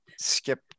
skip